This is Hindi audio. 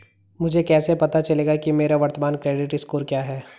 मुझे कैसे पता चलेगा कि मेरा वर्तमान क्रेडिट स्कोर क्या है?